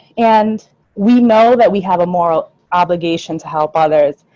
and we know that we have a moral obligation to help others.